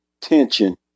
tension